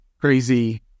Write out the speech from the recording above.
Crazy